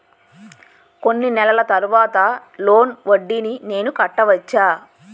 కొన్ని నెలల తర్వాత లోన్ వడ్డీని నేను కట్టవచ్చా?